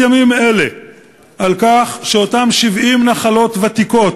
ימים אלה על כך שאותן 70 נחלות ותיקות,